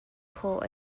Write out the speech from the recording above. khawh